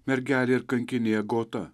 mergelė ir kankinė agota